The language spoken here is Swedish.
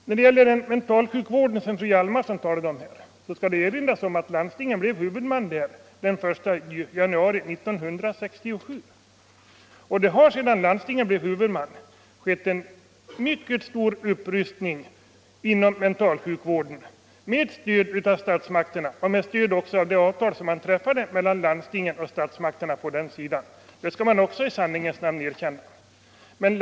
När det gäller mentalsjukvården, som fru Hjalmarsson talade om, skall det erinras om att landstingen blev huvudman för den vården den 1 januari 1967. Sedan dess har det skett en mycket stor upprustning inom mentalsjukvården, med stöd från statsmakterna och på grundval av det avtal som på det området träffades mellan landstingen och statsmakterna. Det skall man i sanningens namn också erkänna.